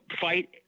fight